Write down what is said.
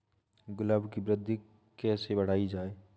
गुलाब की वृद्धि कैसे बढ़ाई जाए?